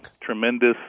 tremendous